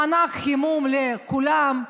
מענק חימום לכולם,